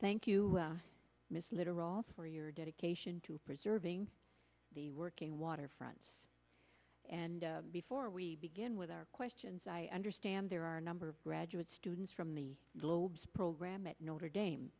thank you miss littoral for your dedication to preserving the working waterfronts and before we begin with our questions i understand there are a number of graduate students from the globe's program at notre dame